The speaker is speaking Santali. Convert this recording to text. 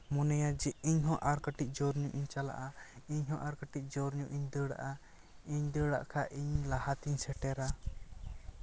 ᱢᱚᱱᱮᱭᱟ ᱡᱮ ᱤᱧ ᱦᱚᱸ ᱟᱨ ᱠᱟᱹᱴᱤᱡ ᱡᱳᱨ ᱧᱚᱜ ᱤᱧ ᱪᱟᱞᱟᱜᱼᱟ ᱤᱧᱦᱚᱸ ᱟᱨ ᱠᱟᱹᱴᱤᱡ ᱡᱳᱨ ᱧᱚᱜ ᱤᱧ ᱫᱟᱹᱲ ᱟᱜᱼᱟ ᱤᱧ ᱫᱟᱹᱲ ᱟᱜ ᱠᱷᱟᱱ ᱤᱧ ᱞᱟᱦᱟᱛᱤᱧ ᱥᱮᱴᱮᱨᱟ